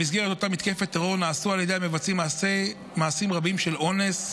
במסגרת אותה מתקפת טרור נעשו על ידי המבצעים מעשים רבים של אונס,